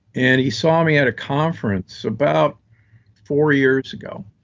and he saw me at a conference about four years ago,